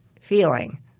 feeling